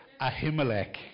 Ahimelech